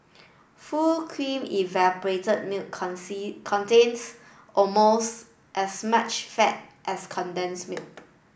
full cream evaporated milk contains almost as much fat as condensed milk